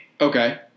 Okay